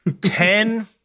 Ten